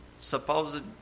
supposed